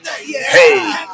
hey